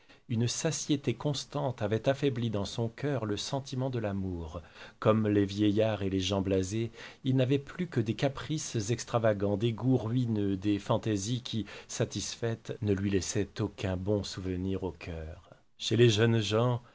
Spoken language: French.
une satiété constante avait affaibli dans son cœur le sentiment de l'amour comme les vieillards et les gens blasés il n'avait plus que des caprices extravagants des goûts ruineux des fantaisies qui satisfaites ne lui laissaient aucun bon souvenir au cœur chez les jeunes gens